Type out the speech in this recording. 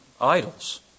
idols